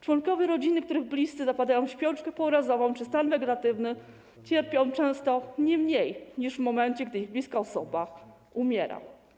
Członkowie rodziny, których bliscy zapadają w śpiączkę pourazową czy w stan wegetatywny, cierpią często niemniej niż w momencie, gdy ich bliska osoba umiera.